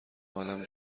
عالم